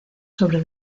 sobre